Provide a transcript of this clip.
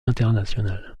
international